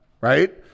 right